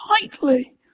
tightly